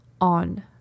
on